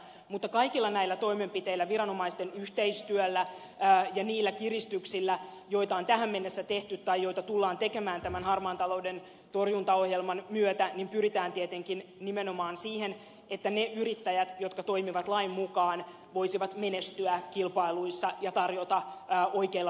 mutta kaikilla näillä toimenpiteillä viranomaisten yhteistyöllä ja niillä kiristyksillä joita on tähän mennessä tehty tai joita tullaan tekemään tämän harmaan talouden torjuntaohjelman myötä pyritään tietenkin nimenomaan siihen että ne yrittäjät jotka toimivat lain mukaan voisivat menestyä kilpailuissa ja tarjota oikeilla pelisäännöillä töitä